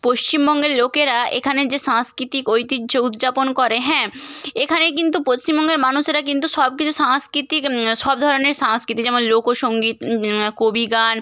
পশ্চিমবঙ্গের লোকেরা এখানে যে সাংস্কৃতিক ঐতিহ্য উদযাপন করে হ্যাঁ এখানে কিন্তু পশ্চিমবঙ্গের মানুষেরা কিন্তু সব কিছু সাংস্কৃতিক সব ধরনের সাংস্কৃতিক যেমন লোক সঙ্গীত কবি গান